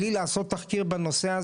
בלי לעשות תחקיר בנושא,